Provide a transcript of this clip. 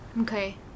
Okay